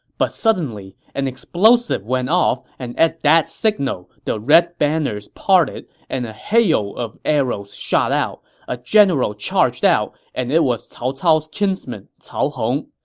but suddenly, an explosive went off, and at that signal, the red banners parted, and a hail of arrows shot out. a general charged out, and it was cao cao's kinsman, cao hong.